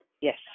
Yes